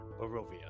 Barovia